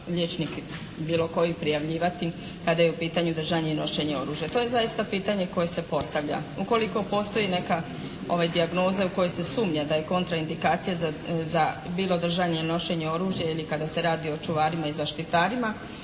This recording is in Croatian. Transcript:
liječnik bilo koji prijavljivati kada je u pitanju držanje i nošenje oružja. To je zaista pitanje koje se postavlja. Ukoliko postoji neka dijagnoza u koju se sumnja da je kontraindikacija za bilo držanje i nošenje oružja ili kada se radi o čuvarima i zaštitarima